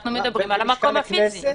אנחנו מדברים על המקום הפיסי.